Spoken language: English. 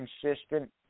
consistent